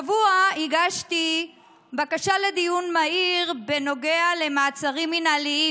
בשבוע שעבר הגשתי הצעה לסדר-היום או לדיון מהיר בנושא פגיעה בעובדת בצלם